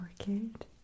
orchid